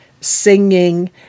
singing